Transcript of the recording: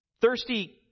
Thirsty